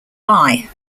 lie